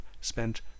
spent